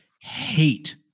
hate